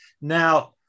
Now